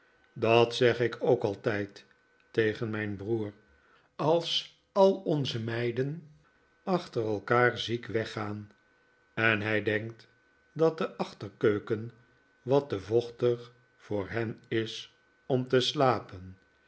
dat zeg ik ook altijd tegen mijn broer als al onze meiden achter elkaar ziek weggaan en hij denkt dat de achterkeuken wat te vochtig voor hen is om te slapen